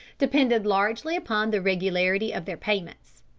depended largely upon the regularity of their payments.